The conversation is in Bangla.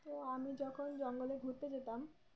তো আমি যখন জঙ্গলে ঘুরতে যেতাম